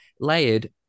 layered